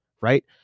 Right